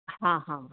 ਹਾਂ ਹਾਂ